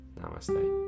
Namaste